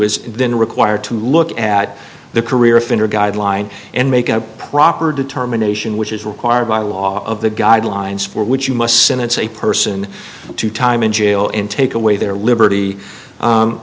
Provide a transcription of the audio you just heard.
been required to look at the career offender guideline and make a proper determination which is required by law of the guidelines for which you must sentence a person to time in jail in take away their liberty